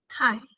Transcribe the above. Hi